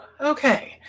okay